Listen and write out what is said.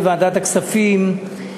בוועדת הכספים,